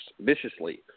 viciously